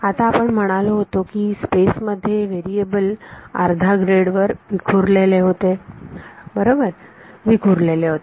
आता आपण म्हणालो होतो की स्पेस मध्ये व्हेरिएबल अर्ध्या ग्रिड वर विखुरलेले होते बरोबर विखुरलेले होते